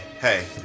hey